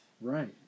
Right